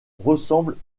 oiseaux